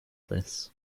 this